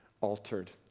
altered